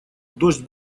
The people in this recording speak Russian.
дождь